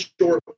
short